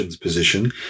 position